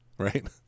right